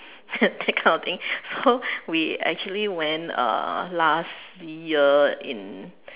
that kind of thing so we actually went uh last year in